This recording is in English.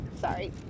Sorry